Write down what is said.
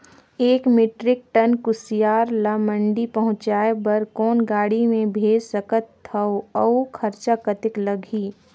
एक metric ton कुसियार ल मंडी पहुंचाय बर कौन गाड़ी मे भेज सकत हव अउ खरचा कतेक लगही?